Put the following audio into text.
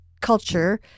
culture